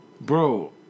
Bro